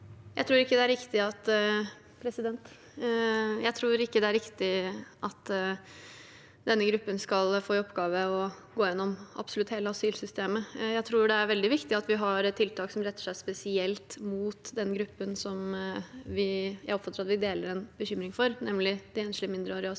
Jeg tror ikke det er riktig at denne gruppen skal få i oppgave å gå igjennom absolutt hele asylsystemet. Jeg tror det er veldig viktig at vi har tiltak som retter seg spesielt mot den gruppen som jeg oppfatter at vi deler en bekymring for, nemlig de enslige, mindreårige